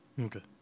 Okay